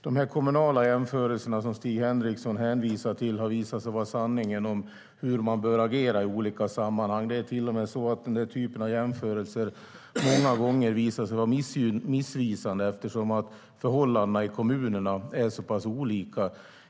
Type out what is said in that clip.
De kommunala jämförelser som Stig Henriksson hänvisar till har inte heller visat sig vara sanningen om hur man bör agera i olika sammanhang. Det är till och med så att sådana jämförelser många gånger visar sig vara missvisande eftersom förhållandena i kommunerna är så olika.